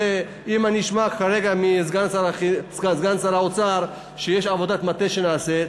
אם אני אשמע כרגע מסגן שר האוצר שיש עבודת מטה שנעשית,